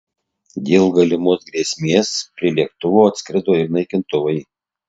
dėl galimos grėsmės prie lėktuvo atskrido ir naikintuvai